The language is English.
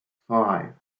five